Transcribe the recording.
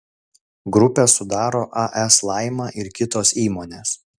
grupę sudaro as laima ir kitos įmonės